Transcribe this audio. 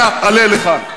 אנא, עלה לכאן.